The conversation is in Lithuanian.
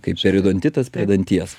kaip periodontitas danties